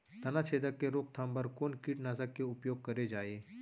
तनाछेदक के रोकथाम बर कोन कीटनाशक के उपयोग करे जाये?